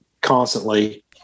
constantly